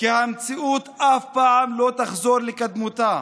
כי המציאות אף פעם לא תחזור לקדמותה